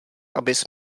abys